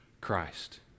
Christ